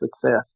success